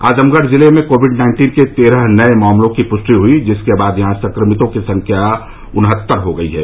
आजमगढ़ जिले में COVID nineteen के तेरह नए मामलों की पृष्टि हई है जिसके बाद यहां संक्रमितों की संख्या उनहत्तर हो गई है